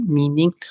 meaning